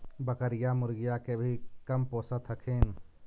बकरीया, मुर्गीया के भी कमपोसत हखिन?